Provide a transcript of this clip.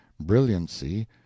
brilliancy